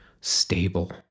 stable